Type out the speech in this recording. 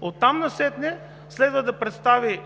от там насетне следва да представи и